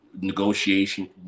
negotiation